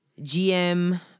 GM